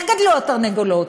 איך גדלו התרנגולות?